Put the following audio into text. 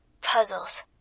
Puzzles